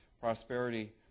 prosperity